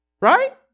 right